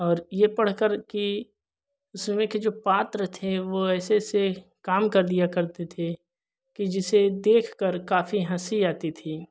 यह पढ़कर कि उसमें के जो पात्र थे वह ऐसे ऐसे काम कर दिया करते थे कि जिसे देखकर काफ़ी हँसी आती थी